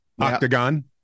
octagon